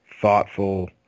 thoughtful